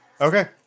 Okay